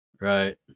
Right